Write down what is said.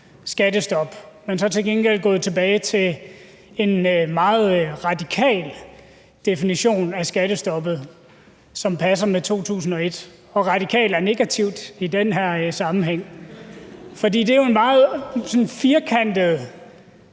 skattestop, men så til gengæld er gået tilbage til en meget radikal definition af skattestoppet, som passer med 2001, og »radikal« er negativt i den her sammenhæng. For det er jo en meget firkantet